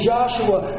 Joshua